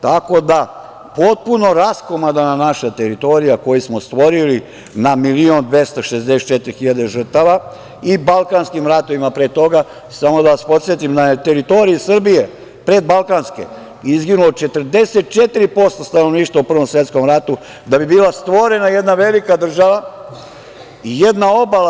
Tako da, potpuno raskomadana naša teritorija koju smo stvorili na 1,264 miliona žrtava, i Balkanskim ratovima pre toga, samo da vas podsetim, na teritoriji Srbije, pre Balkanskih izginulo je 44% stanovništva u Prvom svetskom ratu, da bi bila stvorena jedna velika država i jedna obala.